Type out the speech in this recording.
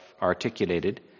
articulated